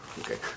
Okay